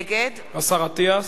נגד השר אטיאס?